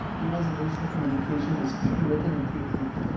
emails and digital communication is prewritten and preapproved.